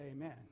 amen